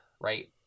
right